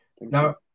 now